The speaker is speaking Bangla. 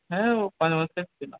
হ্যাঁ ও ছিলো